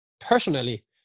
personally